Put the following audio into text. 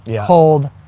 cold